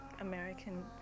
American